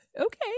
okay